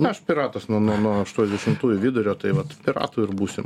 aš piratas nuo nuo nuo aštuoniasdešimtųjų vidurio tai vat piratu ir būsim